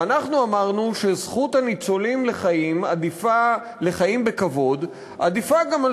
ואנחנו אמרנו שזכות הניצולים לחיים בכבוד עדיפה גם על